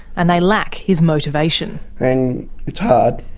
and they lack his motivation. and it's hard.